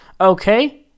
okay